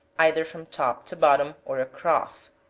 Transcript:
either from top to bottom, or across.